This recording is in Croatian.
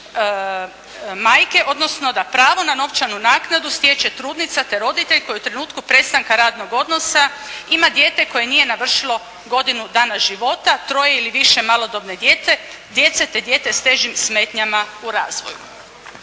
odnosno da pravo na novčanu naknadu stječe trudnica, te roditelj koji u trenutku prestanka radnog odnosa ima dijete koje nije navršilo godinu dana života, troje ili više malodobne djece, te dijete s težim smetnjama u razvoju.